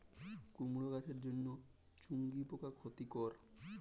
কুমড়ো গাছের জন্য চুঙ্গি পোকা ক্ষতিকর?